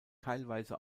teilweise